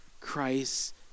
christ